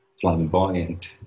flamboyant